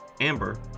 Amber